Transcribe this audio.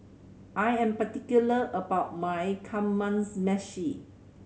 I am particular about my Kamameshi